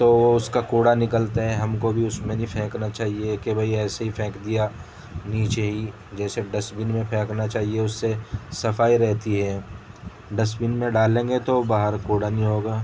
تو وہ اس کا کوڑا نکلتے ہیں ہم کو بھی اس میں نہیں پھینکنا چاہیے کہ بھائی ایسے ہی پھینک دیا نیچے ہی جیسے ڈسٹبین میں پھینکنا چاہیے اس سے صفائی رہتی ہے ڈسبین میں ڈالیں گے تو باہر کوڑا نہیں ہوگا